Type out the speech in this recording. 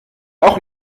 auch